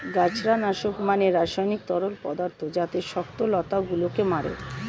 গাছড়া নাশক মানে রাসায়নিক তরল পদার্থ যাতে শক্ত লতা গুলোকে মারে